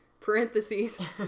parentheses